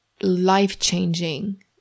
life-changing